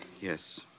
Yes